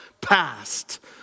past